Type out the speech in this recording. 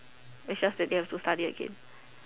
it's just that they have to study again